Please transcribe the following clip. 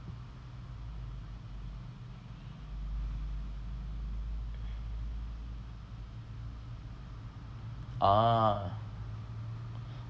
ah